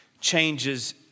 changes